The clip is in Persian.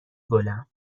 گلم